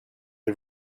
the